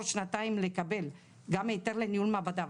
שנתיים לקבל גם היתר לניהול מעבדה,